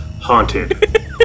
Haunted